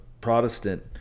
Protestant